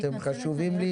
כי אתם חשובים לי.